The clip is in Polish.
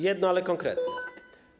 jedno, ale konkretne.